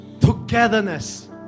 Togetherness